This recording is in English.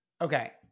Okay